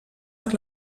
per